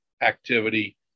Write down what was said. activity